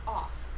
off